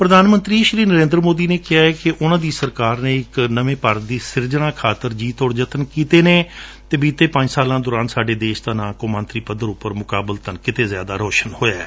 ਪੁਧਾਨ ਮੰਤਰੀ ਨਰੇਂਦਰ ਮੋਦੀ ਨੇ ਕਿਹੈ ਕਿ ਉਨਾਂ ਦੀ ਸਰਕਾਰ ਨੇ ਇਕ ਨਵੇਂ ਭਾਰਤ ਦੀ ਸਿਰਜਣਾ ਖਾਤਰ ਜੀ ਤੋੜ ਜਤਨ ਕੀਤੇ ਨੇ ਬੀਤੇ ਪੰਜ ਸਾਲਾਂ ਦੌਰਾਨ ਸਾਡੇ ਦੇਸ਼ ਦਾ ਨਾਉਂ ਕੰਮਾਂਤਰੀ ਪੱਧਰ ਉਪਰ ਮੁਕਾਬਲਤਨ ਕਿਤੇ ਜ਼ਿਆਦਾ ਰੌਸ਼ਨ ਹੋਇਐ